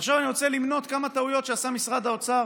ועכשיו אני רוצה למנות כמה טעויות שעשה משרד האוצר